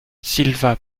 silva